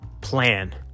plan